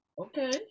okay